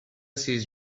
sis